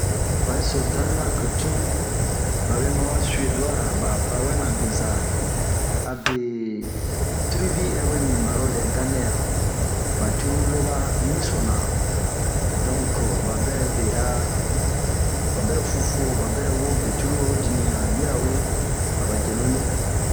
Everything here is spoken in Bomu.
Wayi soo danmarke tun, babe maba suwedua ra ba vawɛna bezaa, abee tiribi de'ere we miibin ba ro lɛ dannɛre, ba cururu loba niiso na. Donke ba berɛ be'a ,ba berɛ fuu fuo ,ba berɛ wo be cururu ho dimiɲan yirawe aba yenu lee.